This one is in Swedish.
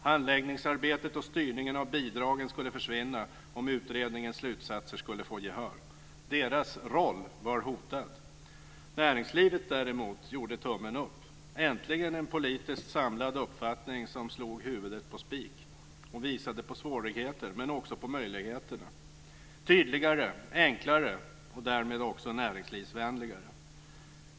Handläggningsarbetet och styrningen av bidragen skulle försvinna om utredningens slutsatser fick gehör. Deras roll var hotad. Näringslivet däremot gjorde tummen upp. Äntligen en politiskt samlad uppfattning som slog huvudet på spiken och visade på svårigheter, men också på möjligheter, tydligare, enklare och därmed också näringslivsvänligare.